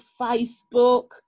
Facebook